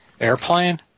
Airplane